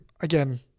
again